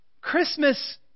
Christmas